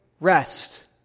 rest